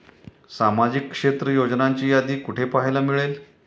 सामाजिक क्षेत्र योजनांची यादी कुठे पाहायला मिळेल?